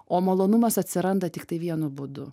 o malonumas atsiranda tiktai vienu būdu